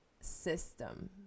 system